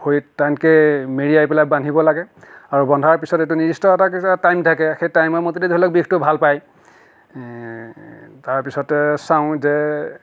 ভৰিত টানকৈয়ে মেৰিয়াই পেলাই বান্ধিব লাগে আৰু বন্ধাৰ পিছত এইটো নিৰ্দিষ্ট এটা কিছুমান টাইম থাকে সেই টাইমৰ মতেদি ধৰি লওক বিষটো ভাল পায় তাৰপিছতে চাওঁ যে